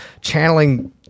channeling